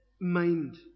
mind